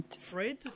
Fred